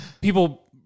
people